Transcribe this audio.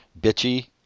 bitchy